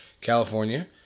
California